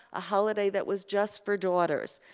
a holiday that was just for daughters.